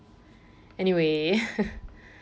anyway